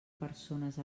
persones